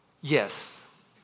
yes